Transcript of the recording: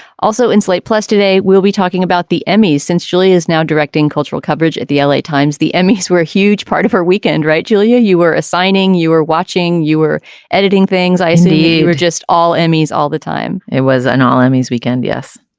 also in slate plus today we'll be talking about the emmys since julia is now directing cultural coverage at the l a. times the emmys were a huge part of her weekend right julia. you were assigning you or watching you were editing things i said to just all emmys all the time. it was an all emmys weekend. yes.